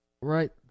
right